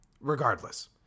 Regardless